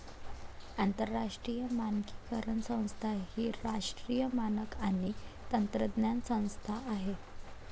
आंतरराष्ट्रीय मानकीकरण संस्था ही राष्ट्रीय मानक आणि तंत्रज्ञान संस्था आहे